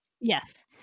Yes